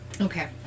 okay